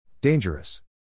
Dangerous